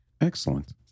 Excellent